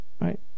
Right